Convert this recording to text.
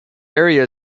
area